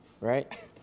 right